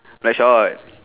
Blackshot